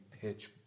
pitch